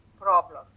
problem